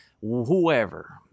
whoever